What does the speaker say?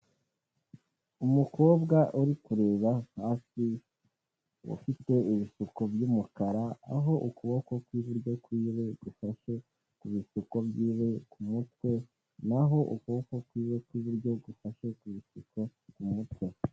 Umukobwa uri kureba hasi, ufite ibisuko by'umukara, aho ukuboko kw'iburyo kw'iwe gufashe ku bisuko by'iwe ku mutwe, na ho ukuboko kw'iwe kw'iburyo gufashe ku bisuko ku mutwe.